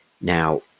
Now